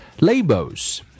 labels